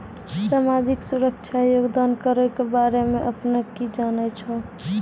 समाजिक सुरक्षा योगदान करो के बारे मे अपने कि जानै छो?